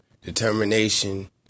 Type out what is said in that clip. determination